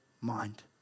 mind